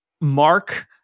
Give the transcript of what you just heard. mark